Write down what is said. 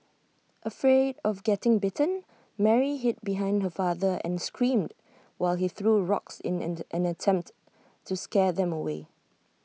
afraid of getting bitten Mary hid behind her father and screamed while he threw rocks in an attempt to scare them away